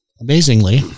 amazingly